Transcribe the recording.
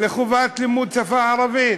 לחובת לימוד השפה הערבית.